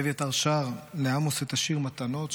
ואביתר שר לעמוס את השיר "מתנות",